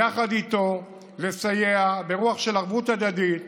יחד איתו נסייע ברוח של ערבות הדדית,